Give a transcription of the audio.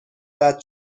قطع